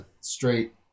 Straight